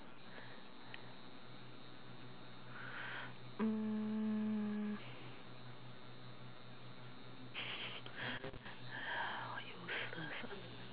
mm